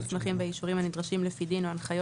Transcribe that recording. מסמכים לאישורים הנדרשים לפי ההנחיות,